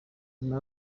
nyuma